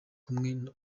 kumwe